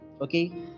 okay